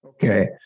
Okay